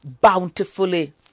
Bountifully